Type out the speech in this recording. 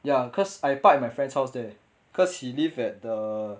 ya cause I park at my friend's house there cause he lived at the